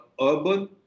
urban